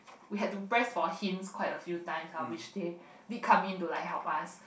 we had to press for him quite a few times lah which they be come in to help us